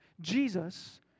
Jesus